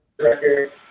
record